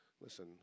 listen